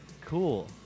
Cool